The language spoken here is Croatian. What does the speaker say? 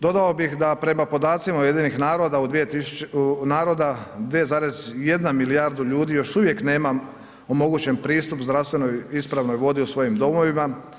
Dodao bih da prema podacima UN-a 2,1 milijarda ljudi još uvijek nema omogućen pristup zdravstveno ispravnoj vodi u svojim domovima.